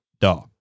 daw